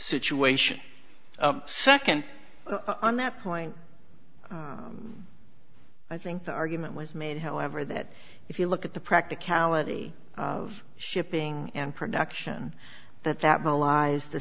situation second on that point i think the argument was made however that if you look at the practicality of shipping and production that that belies the